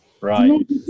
Right